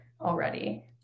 already